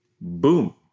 boom